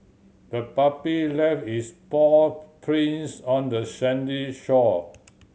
the puppy left its paw prints on the sandy shore